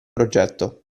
progetto